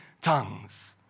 tongues